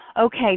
okay